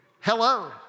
Hello